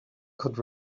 could